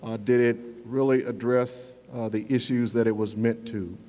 ah did it really address the issues that it was meant to?